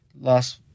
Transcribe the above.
Last